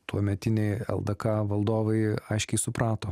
tuometiniai ldk valdovai aiškiai suprato